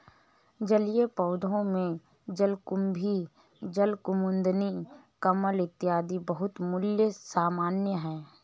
जलीय पौधों में जलकुम्भी, जलकुमुदिनी, कमल इत्यादि बहुत सामान्य है